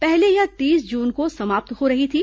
पहले यह तीस जून को समाप्त हो रही थी